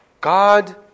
God